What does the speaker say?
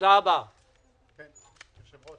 תחת ידך,